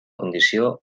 condició